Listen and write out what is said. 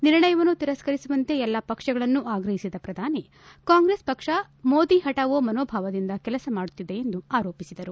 ನಿರ್ಣಯವನ್ನು ತಿರಸ್ಕರಿಸುವಂತೆ ಎಲ್ಲ ಪಕ್ಷಗಳನ್ನು ಆಗ್ರಹಿಸಿದ ಪ್ರಧಾನಿ ಕಾಂಗ್ರೆಸ್ ಪಕ್ಷ ಮೋದಿ ಹಠಾವೋ ಮನೋಭಾವದಿಂದ ಕೆಲಸ ಮಾಡುತ್ತಿದೆ ಎಂದು ಆರೋಪಿಸಿದರು